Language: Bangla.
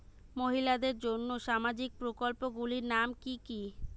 মহিলাদের জন্য সামাজিক প্রকল্প গুলির নাম কি কি?